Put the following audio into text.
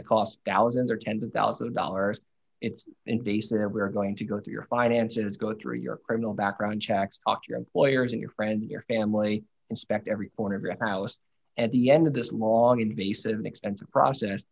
that cost thousands or tens of thousands of dollars in days that are going to go through your finances go through your criminal background checks talk to your employers and your friends your family inspect every pornographic house at the end of this long invasive expensive process